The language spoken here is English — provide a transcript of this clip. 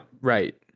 right